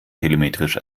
telemetrisch